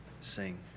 sing